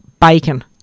Bacon